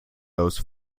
goes